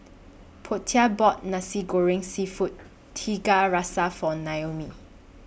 Portia bought Nasi Goreng Seafood Tiga Rasa For Naomi